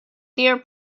dear